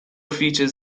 feature